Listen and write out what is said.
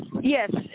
Yes